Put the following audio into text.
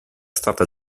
stata